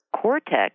cortex